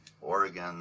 Oregon